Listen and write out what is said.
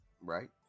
Right